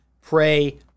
pray